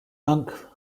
monk